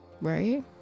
right